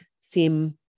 seem